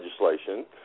legislation